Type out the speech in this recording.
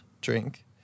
drink